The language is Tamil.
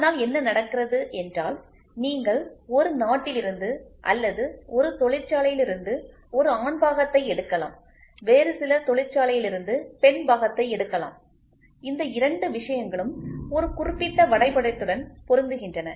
அதனால் என்ன நடக்கிறது என்றால் நீங்கள் ஒரு நாட்டிலிருந்து அல்லது ஒரு தொழிற்சாலையிலிருந்து ஒரு ஆண் பாகத்தை எடுக்கலாம் வேறு சில தொழிற்சாலையிலிருந்து பெண் பாகத்தை எடுக்கலாம் இந்த இரண்டு விஷயங்களும் ஒரு குறிப்பிட்ட வரைபடத்துடன் பொருந்துகின்றன